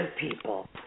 people